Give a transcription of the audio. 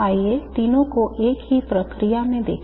आइए तीनों को एक ही प्रक्रिया में लिखें